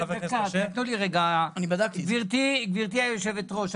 גברתי יושבת הראש,